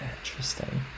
Interesting